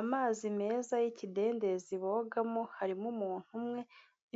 Amazi meza y'ikidendezi bogamo, harimo umuntu umwe,